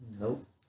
nope